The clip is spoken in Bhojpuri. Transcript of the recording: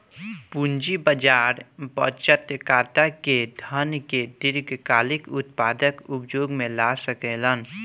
पूंजी बाजार बचतकर्ता के धन के दीर्घकालिक उत्पादक उपयोग में लगा सकेलन